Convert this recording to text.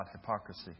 hypocrisy